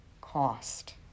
cost